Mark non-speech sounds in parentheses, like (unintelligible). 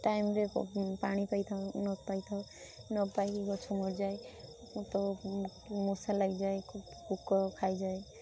ଟାଇମରେ ପାଣି ପାଇଥାଉ ନ ପାଇଥାଉ ନପାଇ ଗଛ ମରିଯାଏ (unintelligible) ମୂଷା ଲାଗିଯାଏ ପୋକ ଖାଇଯାଏ